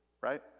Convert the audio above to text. right